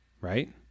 right